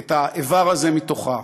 את האיבר הזה מתוכה.